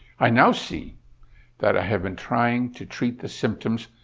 i now see that i have been trying to treat the symptoms,